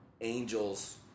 angels